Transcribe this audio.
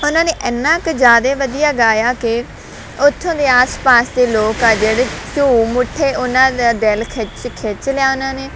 ਉਹਨਾਂ ਨੇ ਇੰਨਾ ਕੁ ਜ਼ਿਆਦੇ ਵਧੀਆ ਗਾਇਆ ਕਿ ਉੱਥੋਂ ਦੇ ਆਸ ਪਾਸ ਦੇ ਲੋਕ ਆ ਜਿਹੜੇ ਝੂਮ ਉੱਠੇ ਉਹਨਾਂ ਦਾ ਦਿਲ ਖਿੱਚ ਖਿੱਚ ਲਿਆ ਉਹਨਾਂ ਨੇ